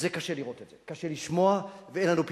זה קשה לראות את זה, קשה לשמוע, ואין לנו פתרון.